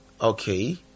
okay